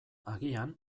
agian